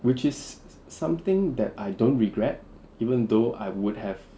which is something that I don't regret even though I would have